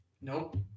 Nope